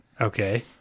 Okay